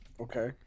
Okay